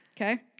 Okay